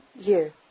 year